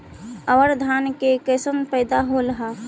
अबर धान के कैसन पैदा होल हा?